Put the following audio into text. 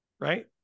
right